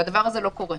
והדבר הזה לא קורה.